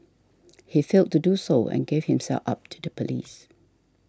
he failed to do so and gave himself up to the police